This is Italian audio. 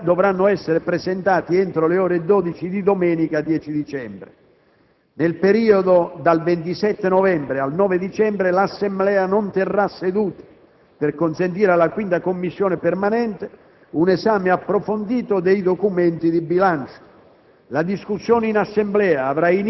Gli emendamenti per l'Assemblea dovranno essere presentati entro le ore 12 di domenica 10 dicembre. Nel periodo dal 27 novembre al 9 dicembre l'Assemblea non terrà seduta per consentire alla 5a Commissione permanente un esame approfondito dei documenti di bilancio.